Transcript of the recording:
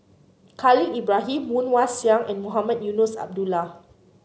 Khalil Ibrahim Woon Wah Siang and Mohamed Eunos Abdullah